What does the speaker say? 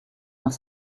nach